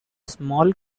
small